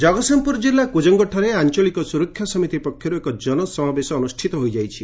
ଜନ ସମାବେଶ ଜଗତ୍ସିଂହପୁର ଜିଲ୍ଲା କୁଜଙ୍ଙଠାରେ ଆଞଳିକ ସୁରକ୍ଷା ସମିତି ପକ୍ଷରୁ ଏକ ଜନ ସମାବେଶ ଅନୁଷିତ ହୋଇଯାଇଛି